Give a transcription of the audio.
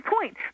point